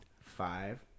five